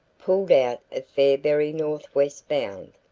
pulled out of fairberry northwest bound.